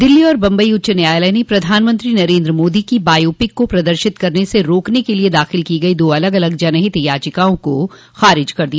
दिल्ली और बम्बई उच्च न्यायालय ने प्रधानमंत्री नरेन्द्र मोदी की बायोपिक को प्रदर्शित करने से रोकने के लिए दाखिल की गई दो अलग अलग जनहित याचिकाओं को खारिज कर दिया